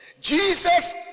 Jesus